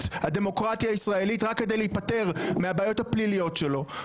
הדמוקרטיה הישראלית רק כדי להיפטר מהבעיות הפליליות שלו.